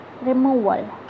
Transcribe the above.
removal